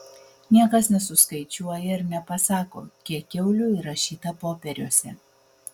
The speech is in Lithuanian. niekas nesuskaičiuoja ir nepasako kiek kiaulių įrašyta popieriuose